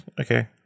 okay